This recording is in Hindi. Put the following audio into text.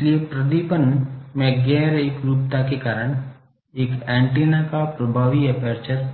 इसलिए प्रदीपन में गैर एकरूपता के कारण एक एंटीना का प्रभावी एपर्चर